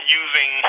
using